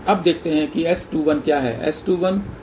अब देखते हैं कि S21 क्या है